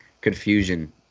confusion